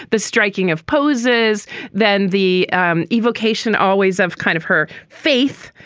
the striking of poses than the evocation always of kind of her faith.